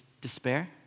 despair